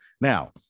now